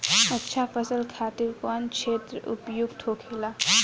अच्छा फसल खातिर कौन क्षेत्र उपयुक्त होखेला?